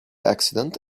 accident